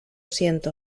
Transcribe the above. siento